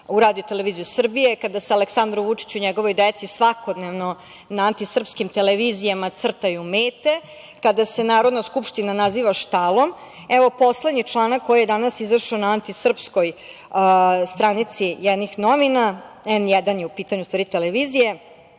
motornim testerama u RTS, kada se Aleksandru Vučiću i njegovoj deci svakodnevno na antisrpskim televizijama crtaju mete, kada se Narodna skupština naziva štalom. Evo, poslednji članak koji je danas izašao na antisrpskoj stranici jednih novina, „N1“ je u pitanju, u stvari televizije